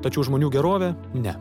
tačiau žmonių gerovė ne